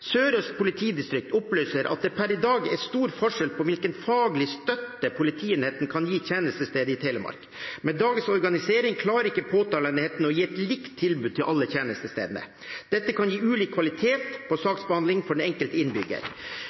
politidistrikt opplyser at det per i dag er stor forskjell på hvilken faglig støtte politienheten kan gi tjenestestedet i Telemark. Med dagens organisering klarer ikke påtaleenheten å gi et likt tilbud til alle tjenestestedene. Dette kan gi ulik kvalitet på saksbehandlingen for den enkelte innbygger.